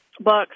Books